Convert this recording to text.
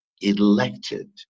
elected